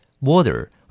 water